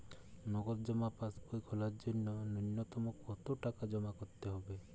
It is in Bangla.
নগদ জমা পাসবই খোলার জন্য নূন্যতম কতো টাকা জমা করতে হবে?